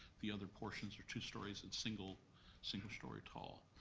the other portions are two stories and single single story tall,